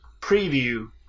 preview